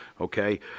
Okay